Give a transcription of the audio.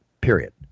period